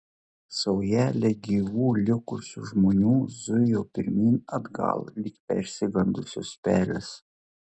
saujelė gyvų likusių žmonių zujo pirmyn atgal lyg persigandusios pelės